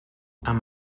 amb